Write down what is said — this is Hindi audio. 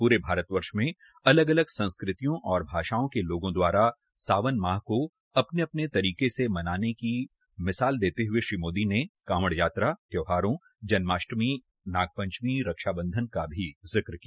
पूरे भारत वर्ष में अलग अलग संस्कृतियों और भाषाओं के लोगो द्वारा सावन माह को अपने अपने तरीके से मनाने की मिसाल देते हुए श्री मोदी ने कावड़ यात्रा त्यौहारों जन्माष्टमी नाग पंचमी रक्षा बंधन का भी जिक किया